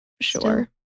sure